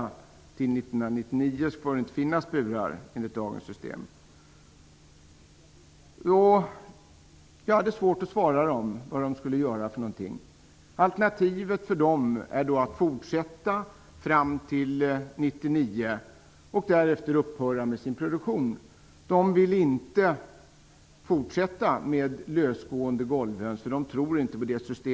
År 1999 får det inte längre finnas burar. Jag hade svårt att svara på deras fråga om vad de skulle göra. Alternativet för dem är att fortsätta fram till 1999 och att då upphöra med sin produktion. De vill inte fortsätta med lösgående golvhöns, eftersom de inte tror på det systemet.